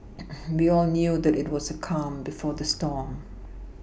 we all knew that it was the calm before the storm